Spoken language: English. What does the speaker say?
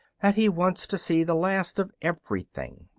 that he wants to see the last of everything.